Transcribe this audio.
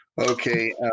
Okay